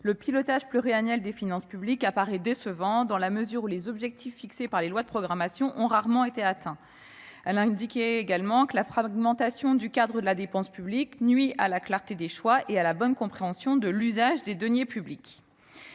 du pilotage pluriannuel des finances publiques apparaît décevant, dans la mesure où les objectifs fixés par les lois de programmation ont rarement été atteints. » Elle indiquait également que « la fragmentation du cadre de la dépense publique nuit à la clarté des choix et à la bonne compréhension de l'usage des deniers publics